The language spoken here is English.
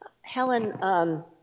Helen